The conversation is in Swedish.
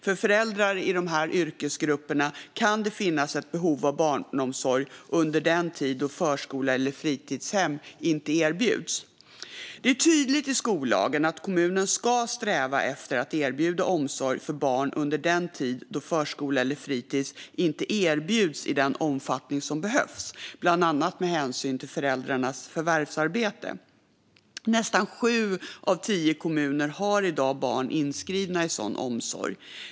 För föräldrar i dessa yrkesgrupper kan det finnas ett behov av barnomsorg under den tid då förskola eller fritidshem inte erbjuds. Det är tydligt i skollagen att kommunen ska sträva efter att erbjuda omsorg för barn under den tid då förskola eller fritis inte erbjuds i den omfattning som behövs, bland annat med hänsyn till föräldrarnas förvärvsarbete. Nästan sju av tio kommuner har i dag barn inskrivna i sådan omsorg.